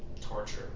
Torture